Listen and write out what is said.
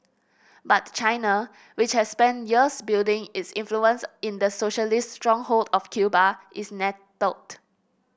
but China which has spent years building its influence in the socialist stronghold of Cuba is nettled